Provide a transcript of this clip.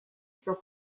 furent